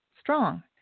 strong